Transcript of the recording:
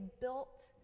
built